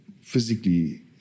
physically